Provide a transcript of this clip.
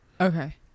Okay